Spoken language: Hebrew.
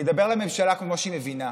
אני אדבר לממשלה כמו שהיא מבינה: